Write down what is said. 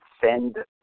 send